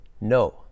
No